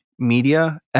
media